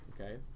okay